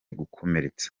gukomeretsa